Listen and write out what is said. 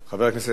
בבקשה.